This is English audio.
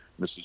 mrs